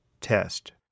test